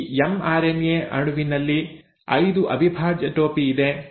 ಈ mRNA ಅಣುವಿನಲ್ಲಿ 5 ಅವಿಭಾಜ್ಯ ಟೋಪಿ ಇದೆ